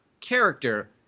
character